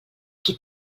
qui